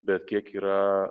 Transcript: bet kiek yra